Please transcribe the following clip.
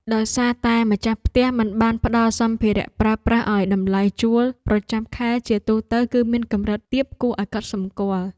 ដោយសារតែម្ចាស់ផ្ទះមិនបានផ្តល់សម្ភារៈប្រើប្រាស់ឱ្យតម្លៃជួលប្រចាំខែជាទូទៅគឺមានកម្រិតទាបគួរឱ្យកត់សម្គាល់។